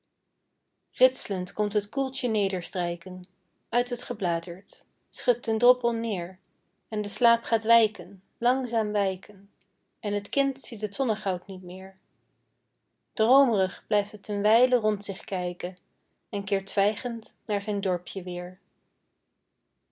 ritslend komt het koeltje nederstrijken uit t gebladert schudt den droppel neer en de slaap gaat wijken langzaam wijken en het kind ziet t zonnegoud niet meer droomerig blijft t een wijle rond zich kijken en keert zwijgend naar zijn dorpje weer